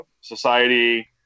society